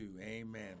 Amen